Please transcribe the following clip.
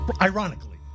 Ironically